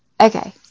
okay